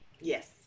Yes